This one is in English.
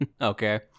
Okay